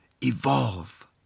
evolve